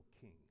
king